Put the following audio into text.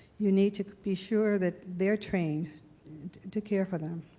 you need to be sure that they're trained to care for them.